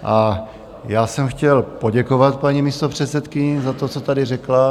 A já jsem chtěl poděkovat paní místopředsedkyni za to, co tady řekla.